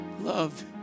love